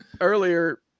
earlier